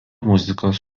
muzikos